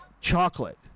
chocolate